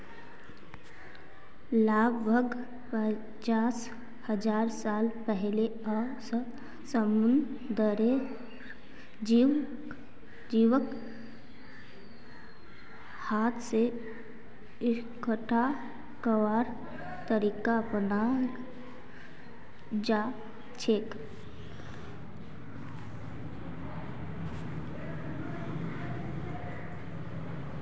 लगभग पचास हजार साल पहिलअ स समुंदरेर जीवक हाथ स इकट्ठा करवार तरीका अपनाल जाछेक